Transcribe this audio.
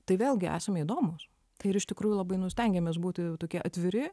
tai vėlgi esame įdomūs tai ir iš tikrųjų labai nu stengiamės būtų tokie atviri